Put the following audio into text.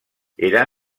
era